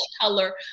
color